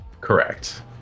correct